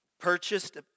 purchased